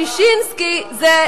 ששינסקי זה,